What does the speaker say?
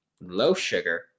low-sugar